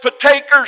partakers